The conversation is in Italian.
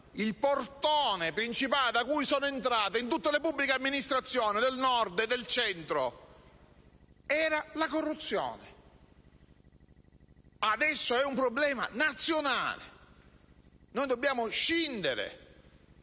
il portone principale da cui sono entrate in tutte le pubbliche amministrazioni del Nord e del Centro era la corruzione. Adesso è un problema nazionale. Noi dobbiamo scindere